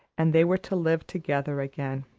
and they were to live together again.